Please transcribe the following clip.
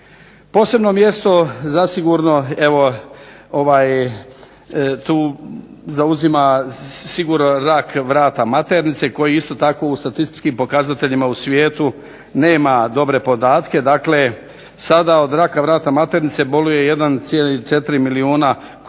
Posebno mjesto zasigurno evo tu zauzima rak vrata maternice, koji isto tako u statističkim pokazateljima u svijetu nema dobre podatke, dakle sada od raka vrata maternice boluje 1,4 milijuna žena,